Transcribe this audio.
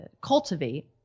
cultivate